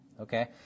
Okay